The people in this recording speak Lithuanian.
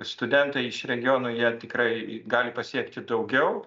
studentai iš regionų jie tikrai gali pasiekti daugiau